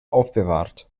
aufbewahrt